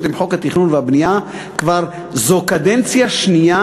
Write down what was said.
עם חוק התכנון והבנייה זאת כבר הקדנציה השנייה.